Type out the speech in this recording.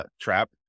trap